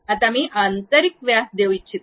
आता मी आंतरिक व्यास देऊ इच्छितो